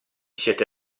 siete